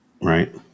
right